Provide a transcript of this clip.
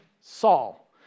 Saul